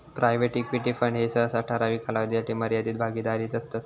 private equity fund ह्ये सहसा ठराविक कालावधीसाठी मर्यादित भागीदारीत असतत